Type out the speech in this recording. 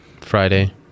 Friday